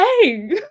Hey